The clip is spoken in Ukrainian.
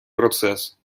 процес